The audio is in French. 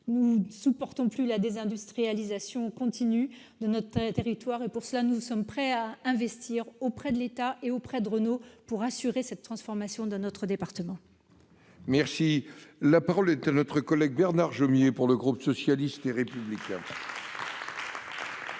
Nous ne supportons plus la désindustrialisation continue de notre territoire et nous sommes prêts à investir auprès de l'État et de Renault pour assurer cette transformation dans notre département. La parole est à M. Bernard Jomier, pour le groupe socialiste et républicain. Monsieur